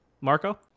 marco